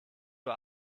uhr